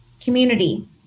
community